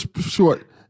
short